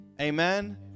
Amen